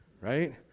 Right